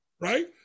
right